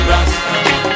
Rasta